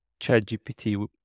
ChatGPT